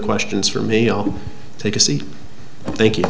questions for me i'll take a seat thank you